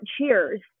Cheers